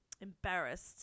embarrassed